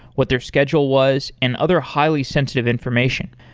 what their schedule was and other highly sensitive information.